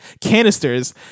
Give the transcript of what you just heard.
canisters